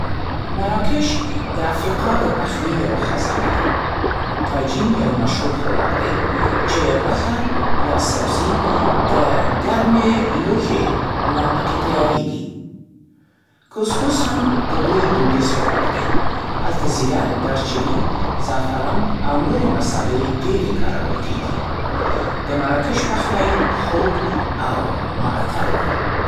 مراکش د افریقا د پخلي یوه خزانه ده. «تاجین» یو مشهور خوراک دی، چې غوښه یا سبزي د ګرمې لوښې نه پکې تیارېږي. «کوسکوس» هم د دوی دودیز خوراک دی. هلته زیره، دارچیني، زعفران او نورې مصالحې ډېرې کارول کېږي. د مراکش پخلی خوږ او معطر دی.